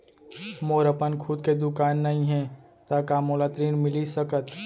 मोर अपन खुद के दुकान नई हे त का मोला ऋण मिलिस सकत?